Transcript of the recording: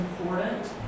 important